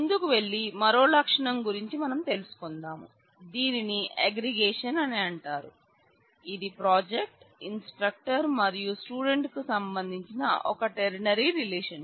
ముందుకు వెళ్లి మరో లక్షణం గురించి మనం తెలుసుకుందాం దీనిని అగ్రిగేషన్